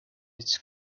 its